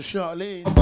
Charlene